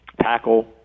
tackle